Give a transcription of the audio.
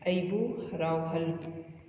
ꯑꯩꯕꯨ ꯍꯔꯥꯎꯍꯜꯂꯨ